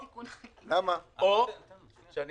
או שאני